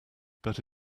but